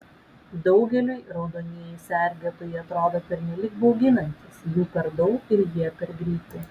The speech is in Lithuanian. daugeliui raudonieji sergėtojai atrodo pernelyg bauginantys jų per daug ir jie per greiti